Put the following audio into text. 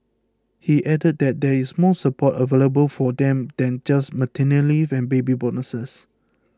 he added that there is more support available for them than just maternity leave and baby bonuses